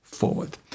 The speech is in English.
forward